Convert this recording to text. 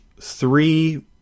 three